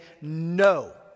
no